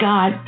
God